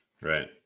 Right